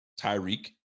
Tyreek